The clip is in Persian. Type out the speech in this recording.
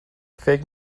فکر